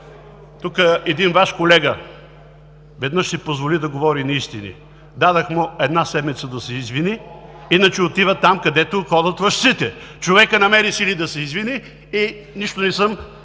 Тук един Ваш колега веднъж си позволи да говори неистини. Дадох му една седмица да се извини, иначе отива там, където ходят лъжците! Човекът намери сили да се извини, и нищо не съм